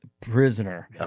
prisoner